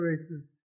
races